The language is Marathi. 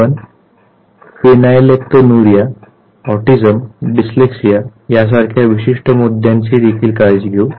आपण फिनाइल्केटोन्युरिया ऑटिझम डिसलेक्सिया यासारख्या विशिष्ट मुद्द्यांची देखील काळजी घेऊ